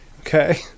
Okay